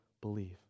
believe